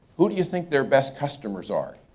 who do you think their best customers are?